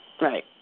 Right